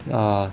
err